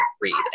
read